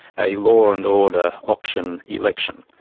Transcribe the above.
a law and order auction election.